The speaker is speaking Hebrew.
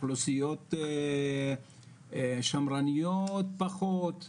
אוכלוסיות שמרניות פחות?